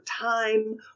time